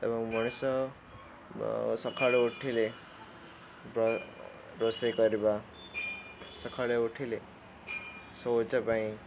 ଏବଂ ମଣିଷ ସକାଳୁ ଉଠିଲେ ରୋଷେଇ କରିବା ସକାଳେ ଉଠିଲେ ଶୌଚ ପାଇଁ